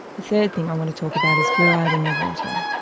the third thing i want to talk about is fluoride in the water.